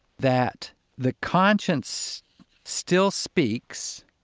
that the conscience still speaks,